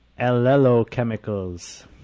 allelochemicals